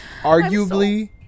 arguably